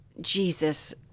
Jesus